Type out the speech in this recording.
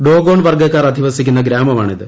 Dogon വർഗ്ഗക്കാർ അധിവസിക്കുന്ന ഗ്രാമമാണ് ഇത്